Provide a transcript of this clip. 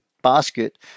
basket